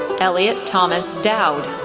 elliot thomas dowd,